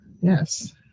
Yes